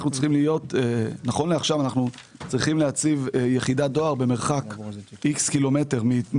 נכון לעכשיו אנחנו צריכים להציב יחידת דואר במרחק X קילומטרים.